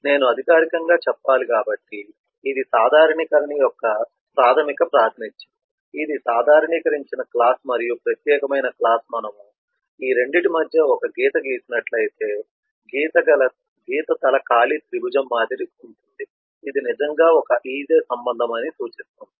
నేను అధికారికంగా చెప్పాలి కాబట్టి ఇది సాధారణీకరణ యొక్క ప్రాథమిక ప్రాతినిధ్యం ఇది సాధారణీకరించిన క్లాస్ మరియు ప్రత్యేకమైన క్లాస్ మనము ఈ రెండిటి మధ్య ఒక గీత గీసినట్లు అయితే గీత తల ఖాళీ త్రిభుజం ఇది నిజంగా ఒక is a సంబంధం అని సూచిస్తుంది